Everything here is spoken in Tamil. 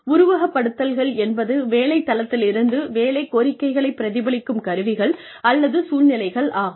உருவகப்படுத்துதல்கள் என்பது வேலை தளத்திலிருந்து வேலை கோரிக்கைகளைப் பிரதிபலிக்கும் கருவிகள் அல்லது சூழ்நிலைகள் ஆகும்